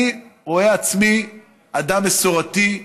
אני רואה בעצמי אדם מסורתי,